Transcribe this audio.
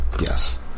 Yes